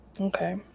Okay